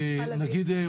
נגיד,